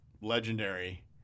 legendary